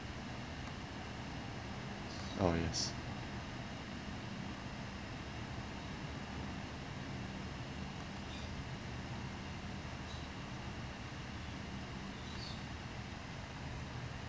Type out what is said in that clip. oh yes